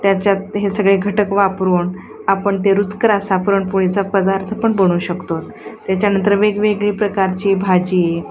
त्याच्यात हे सगळे घटक वापरून आपण ते रुचकर असा पुरणपोळीचा पदार्थ पण बनवू शकतो त्याच्यानंतर वेगवेगळी प्रकारची भाजी